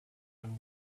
and